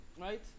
right